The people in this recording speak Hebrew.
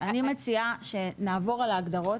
אני מציעה שנעבור על ההגדרות,